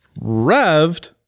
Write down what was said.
Revved